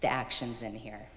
the actions in here